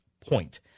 point